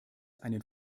einen